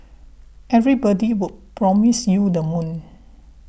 everybody would promise you the moon